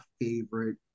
favorite